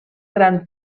gran